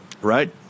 Right